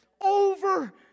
Over